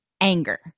anger